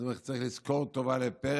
אז הוא אומר: צריך לזכור טובה לפרס,